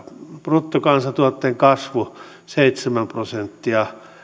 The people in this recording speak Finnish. bruttokansantuotteen kasvu seitsemän prosenttia